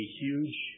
huge